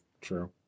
true